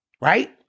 right